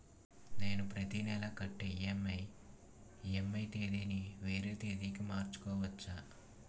నేను నా ప్రతి నెల కట్టే ఈ.ఎం.ఐ ఈ.ఎం.ఐ తేదీ ని వేరే తేదీ కి మార్చుకోవచ్చా?